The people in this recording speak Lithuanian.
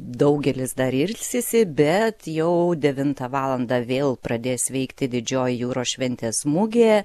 daugelis dar ilsisi bet jau devintą valandą vėl pradės veikti didžioji jūros šventės mugė